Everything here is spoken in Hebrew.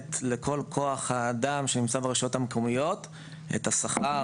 שמשלמת לכל כוח האדם שנמצא ברשויות המקומיות את השכר,